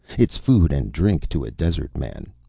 it's food and drink to a desert man.